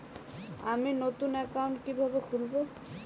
আমি নতুন অ্যাকাউন্ট কিভাবে খুলব?